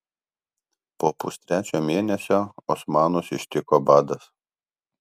po pustrečio mėnesio osmanus ištiko badas